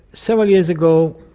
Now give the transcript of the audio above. several years ago,